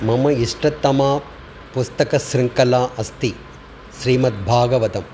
मम इष्टतमा पुस्तकशृङ्खला अस्ति श्रीमद्भागवतम्